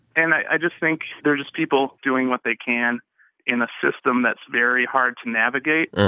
and i just think they're just people doing what they can in a system that's very hard to navigate,